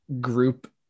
Group